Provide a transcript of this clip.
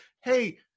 hey